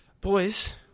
boys